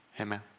Amen